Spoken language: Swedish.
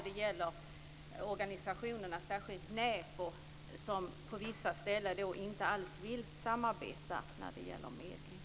Det gäller också organisationerna, särskilt NÄPO, som på vissa ställen inte alls vill samarbeta när det gäller medling.